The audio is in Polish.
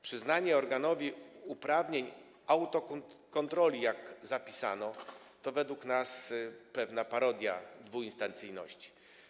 Przyznanie organowi uprawnień do autokontroli, jak zapisano, to według nas pewna parodia dwuinstancyjności.